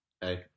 Hey